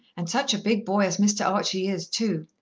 and such a big boy as master archie is, too.